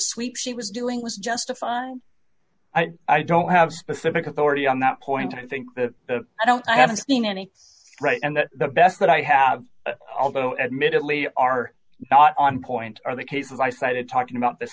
sweep she was doing was justified i don't have specific authority on that point i think that i don't i haven't seen any right and that the best that i have although admittedly are not on point are the cases i cited talking about this